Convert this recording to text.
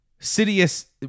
Sidious